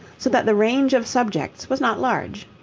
so that the range of subjects was not large.